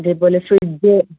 ഇതേപോലെ ഫ്രിഡ്ജ്